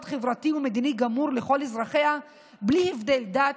חברתי ומדיני גמור לכל אזרחיה בלי הבדל דת,